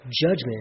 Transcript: judgment